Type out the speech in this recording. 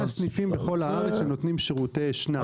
בכל הארץ יש 100 סניפים שנותנים שירותי אשנב.